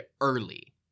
early